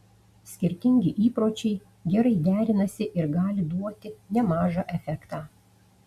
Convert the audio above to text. skirtingi įpročiai gerai derinasi ir gali duoti nemažą efektą